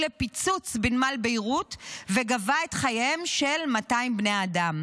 לפיצוץ בנמל ביירות וגבה את חייהם של 200 בני אדם,